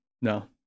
no